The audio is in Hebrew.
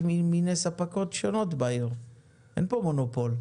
שהמובן המהותי של ההגדרה --- אני כבר מודאג מהעברית הזאת.